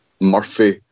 Murphy